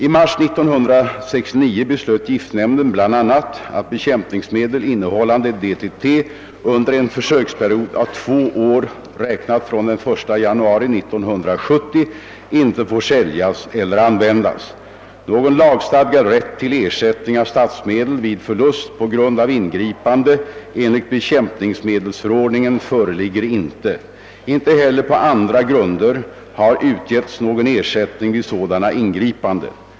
I mars 1969 beslöt giftnämnden bl.a. att bekämpningsmedel, innehållande DDT, under en försöksperiod av två år räknat från den 1 januari 1970 inte får säljas eller användas. Någon lagstadgad rätt till ersättning av statsmedel vid förlust på grund av ingripande enligt bekämpningsmedelsförordningen föreligger inte. Inte heller på andra grunder har utgetts någon ersättning vid sådana ingripanden.